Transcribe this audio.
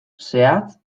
zehatz